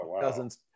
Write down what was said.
cousins